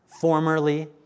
formerly